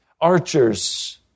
archers